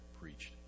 preached